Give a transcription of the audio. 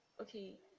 okay